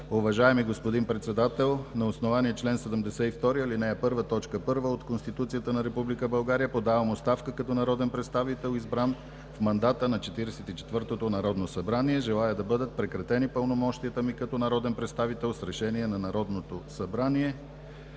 Уважаеми господин Председател, на основание чл. 72, ал. 1, т. 1 от Конституцията на Република България, подавам оставка като народен представител, избран в мандата на Четиридесет и четвъртото народно събрание. Желая да бъдат прекратени пълномощията ми като народен представител с решение на Народното събрание.